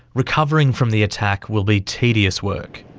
recovering from the attack will be tedious work.